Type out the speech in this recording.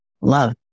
Love